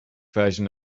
version